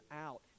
out